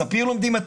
בספיר לומדים עד